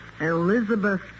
Elizabeth